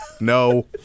No